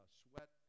sweat